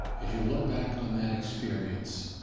as you look back on that experience,